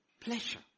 pleasure